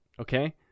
Okay